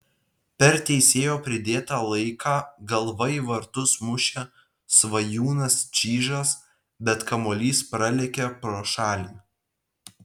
per teisėjo pridėtą laiką galva į vartus mušė svajūnas čyžas bet kamuolys pralėkė pro šalį